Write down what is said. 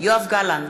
יואב גלנט,